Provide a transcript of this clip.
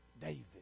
David